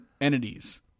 entities